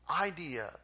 idea